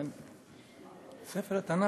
ספר התנ"ך.